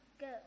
Go